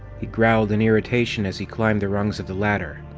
he growled in irritation as he climbed the rungs of the ladder.